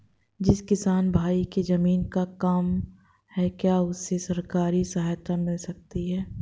जिस किसान भाई के ज़मीन कम है क्या उसे सरकारी सहायता मिल सकती है?